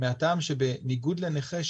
מהטעם שבניגוד לנכה,